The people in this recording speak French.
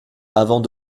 avant